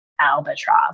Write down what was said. albatross